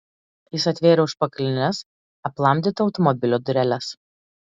jis atvėrė užpakalines aplamdyto automobilio dureles